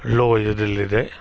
low ಇದರಲ್ಲಿದೆ